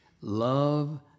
Love